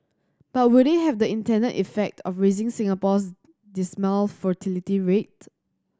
but will they have the intended effect of raising Singapore's dismal fertility rate